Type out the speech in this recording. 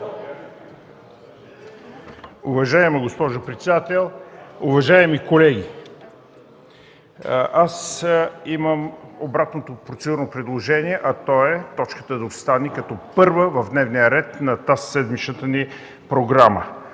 Уважаема госпожо председател, уважаеми колеги! Имам обратно процедурно предложение – точката да остане като първа в дневния ред на тазседмичната ни програма.